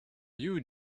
you